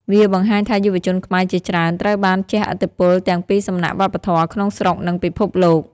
វាបង្ហាញថាយុវជនខ្មែរជាច្រើនត្រូវបានជះឥទ្ធិពលទាំងពីសំណាក់វប្បធម៌ក្នុងស្រុក និងពិភពលោក។